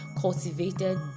cultivated